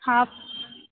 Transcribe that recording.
half